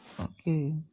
Okay